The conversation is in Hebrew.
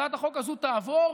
הצעת החוק הזאת תעבור.